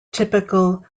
typical